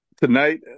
Tonight